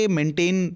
maintain